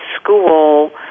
school